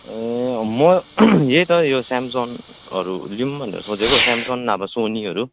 म यही त यो स्यामसङहरू लिउँ भनेर सोचेको स्यामसङ अब सोनीहरू